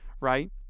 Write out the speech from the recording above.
right